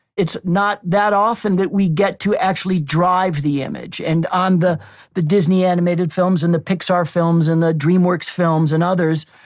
it's not that often that we get to actually drive the image, and on the the disney animated films and the pixar films and the dreamworks films and others,